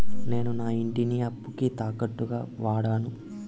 నేను నా ఇంటిని అప్పుకి తాకట్టుగా వాడాను